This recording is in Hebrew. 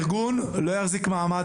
הארגון לא יחזיק מעמד,